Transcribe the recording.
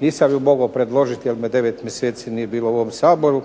Nisam je mogao predložiti jer me 9 mjeseci nije bilo u ovom Saboru,